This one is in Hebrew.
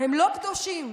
כשיש שם פורעים,